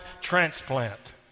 transplant